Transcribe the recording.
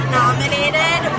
nominated